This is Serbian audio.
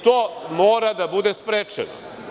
To mora da bude sprečeno.